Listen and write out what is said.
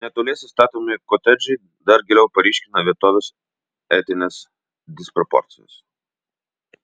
netoliese statomi kotedžai dar giliau paryškina vietovės etines disproporcijas